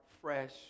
fresh